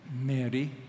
Mary